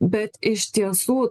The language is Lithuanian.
bet iš tiesų